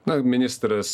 na ministras